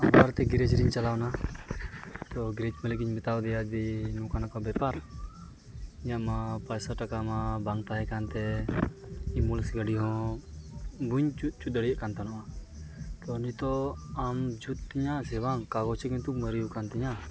ᱟᱵᱟᱨ ᱛᱮ ᱜᱮᱨᱮᱡᱽ ᱨᱤᱧ ᱪᱟᱞᱟᱣ ᱮᱱᱟ ᱛᱚ ᱜᱮᱨᱮᱡᱽ ᱢᱟᱹᱞᱤᱠ ᱤᱧ ᱢᱮᱛᱟᱣᱟᱫᱮᱭᱟ ᱡᱮ ᱤᱧ ᱱᱚᱠᱟ ᱱᱚᱠᱟ ᱵᱮᱯᱟᱨ ᱤᱧᱟᱹᱜ ᱢᱟ ᱯᱟᱭᱥᱟ ᱴᱟᱠᱟ ᱢᱟ ᱵᱟᱝ ᱛᱟᱦᱮᱸ ᱠᱟᱱ ᱛᱮ ᱮᱢᱵᱩᱞᱮᱱᱥ ᱜᱟᱹᱰᱤ ᱦᱚᱸ ᱵᱟᱹᱧ ᱡᱩᱛ ᱪᱚ ᱫᱟᱲᱮᱭᱟᱜ ᱠᱟᱱ ᱛᱟᱦᱮᱸ ᱱᱚᱜᱼᱟ ᱛᱚ ᱱᱤᱛᱚᱜ ᱟᱢ ᱡᱩᱛ ᱛᱤᱧᱟ ᱥᱮ ᱵᱟᱝ ᱠᱟᱜᱚᱡᱽ ᱧᱩᱛᱩᱢ ᱢᱟᱨᱮ ᱟᱠᱟᱱ ᱛᱤᱧᱟ